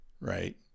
right